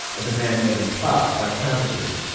a demand met in part by counterfeiting.